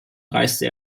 reiste